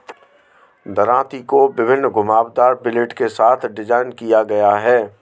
दरांती को विभिन्न घुमावदार ब्लेड के साथ डिज़ाइन किया गया है